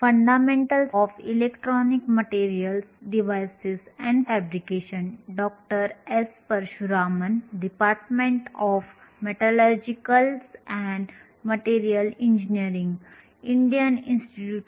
चला शेवटच्या वर्गाच्या संक्षिप्त पुनरावलोकनासह प्रारंभ करूया